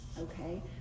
okay